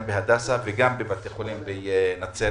גם בהדסה וגם בבתי חולים בנצרת.